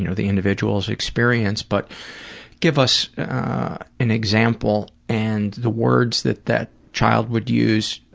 you know the individual's experience, but give us an example and the words that that child would use,